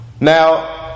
Now